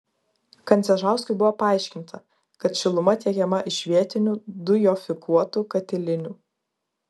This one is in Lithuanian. kandzežauskui buvo paaiškinta kad šiluma tiekiama iš vietinių dujofikuotų katilinių